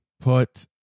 put